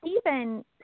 Stephen